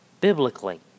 biblically